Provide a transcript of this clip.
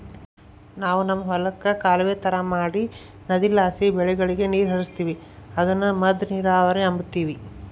ನಾವು ನಮ್ ಹೊಲುಕ್ಕ ಕಾಲುವೆ ತರ ಮಾಡಿ ನದಿಲಾಸಿ ಬೆಳೆಗುಳಗೆ ನೀರು ಹರಿಸ್ತೀವಿ ಅದುನ್ನ ಮದ್ದ ನೀರಾವರಿ ಅಂಬತೀವಿ